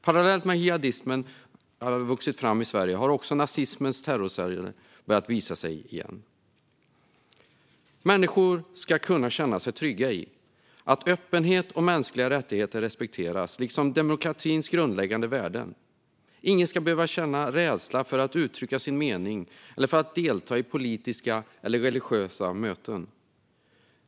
Parallellt med att jihadismen har vuxit fram i Sverige har också nazismens terrorceller börjat visa sig igen. Människor ska kunna känna sig trygga med att öppenhet och mänskliga rättigheter liksom demokratins grundläggande värden respekteras. Ingen ska behöva känna rädsla för att utrycka sin mening eller för att delta i politiska eller religiösa möten.